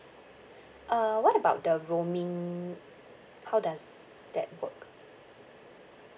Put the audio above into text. uh what about the roaming how does that work